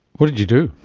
what did you do?